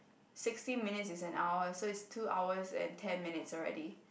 sixty minutes is an hour so is two hours and ten minutes already